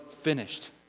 finished